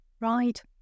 Right